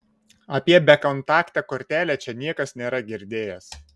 apie bekontaktę kortelę čia niekas nėra girdėjęs